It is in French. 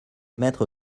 mettre